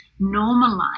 normalize